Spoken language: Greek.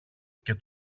και